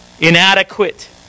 inadequate